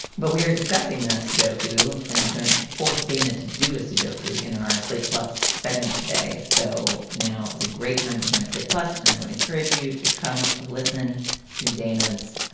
but we are discussing that sudoku and going to force dana to do a sudoku in our slate plus segment today. so now is a great time to join slate plus. and i would encourage you to come listen to danas.